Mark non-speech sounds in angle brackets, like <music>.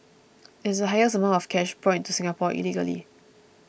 <noise> it is the highest amount of cash brought into Singapore illegally